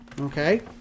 Okay